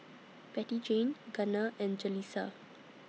Bettyjane Gunner and Jalissa